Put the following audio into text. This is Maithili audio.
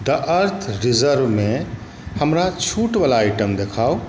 द अर्थ रिजर्वमे हमरा छूटवला आइटम देखाउ